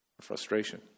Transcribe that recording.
frustration